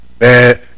Man